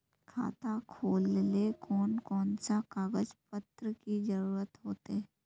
खाता खोलेले कौन कौन सा कागज पत्र की जरूरत होते?